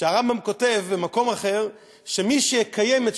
והרמב"ם כותב במקום אחר שמי שיקיים את